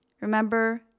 Remember